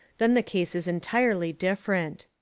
then the case is entirely different.